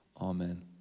Amen